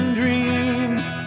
dreams